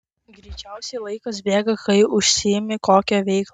greičiausiai laikas bėga kai užsiimi kokia veikla